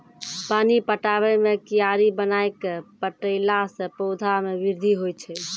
पानी पटाबै मे कियारी बनाय कै पठैला से पौधा मे बृद्धि होय छै?